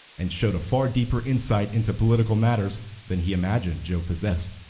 and showed a far deeper insight into political matters than he imagined joe possessed.